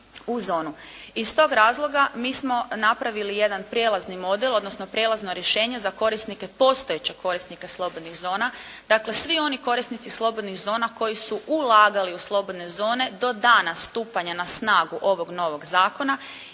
Iz tog razloga mi smo napravili jedan prijelazni model odnosno prijelazno rješenje za korisnike, postojeće korisnike slobodnih zona. Dakle svi oni korisnici slobodnih zona koji su ulagali u slobodne zone do dana stupanja na snagu ovog novog zakona